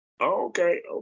okay